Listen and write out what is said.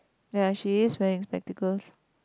ya she is wearing spectacles